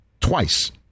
twice